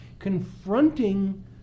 Confronting